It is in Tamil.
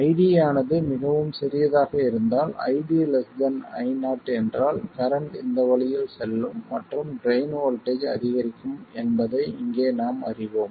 ID ஆனது மிகவும் சிறியதாக இருந்தால் ID Io என்றால் கரண்ட் இந்த வழியில் செல்லும் மற்றும் ட்ரைன் வோல்ட்டேஜ் அதிகரிக்கும் என்பதை இங்கே நாம் அறிவோம்